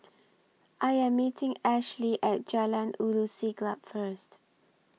I Am meeting Ashley At Jalan Ulu Siglap First